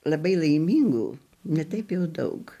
labai laimingų ne taip jau daug